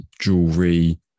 jewelry